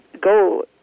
Go